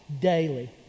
daily